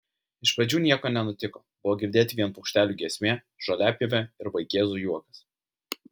iš pradžių nieko nenutiko buvo girdėti vien paukštelių giesmė žoliapjovė ir vaikėzų juokas